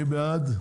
מי בעד?